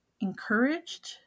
encouraged